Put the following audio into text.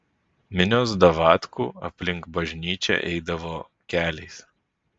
minios davatkų aplink bažnyčią eidavo keliais